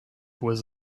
was